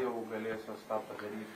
jau galės jos tą padaryt